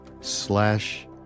slash